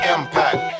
Impact